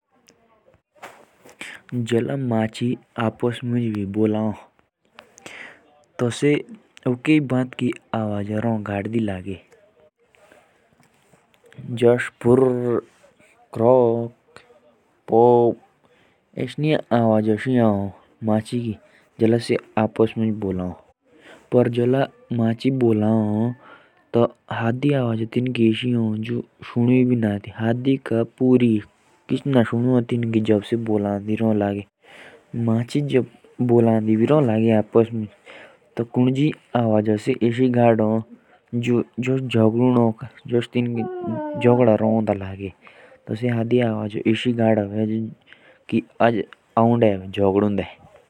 जब मछलियाँ आपस में बात करती हैं। तो वो अजीब सी आवाजे निकालती रहती हैं। जो हमें सुनाई नहीं देती। और भी कई तरह की आवाजें निकालती हैं।